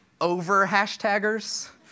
over-hashtaggers